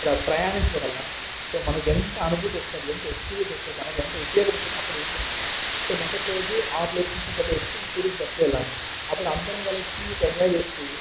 ప్ర ప్రయాణించడం వల్ల సో మనకి ఎంత అనుభూతి వస్తుంది ఎంత ఎక్స్పీరియన్స్ వస్తుంది దాన్ని వల్ల ఎంత ఉపయోగం వస్తుందో అప్పుడు తెలుస్తుంది అనమాట సో మరుసటి రోజు ఆ ప్లేస్ నుంచి ఇంకో ప్లేస్కి మేము టూరిస్ట్ బస్లో వెళ్లాం అప్పుడు అందరం కలిసి ఎంజాయ్ చేస్తూ